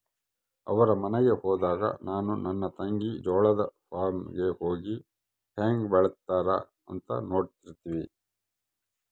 ಅವರ ಮನೆಗೆ ಹೋದಾಗ ನಾನು ನನ್ನ ತಂಗಿ ಜೋಳದ ಫಾರ್ಮ್ ಗೆ ಹೋಗಿ ಹೇಂಗೆ ಬೆಳೆತ್ತಾರ ಅಂತ ನೋಡ್ತಿರ್ತಿವಿ